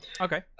Okay